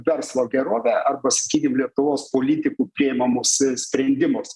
verslo gerovę arba sakykim lietuvos politikų priimamus sprendimus